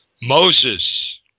Moses